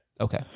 Okay